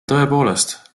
tõepoolest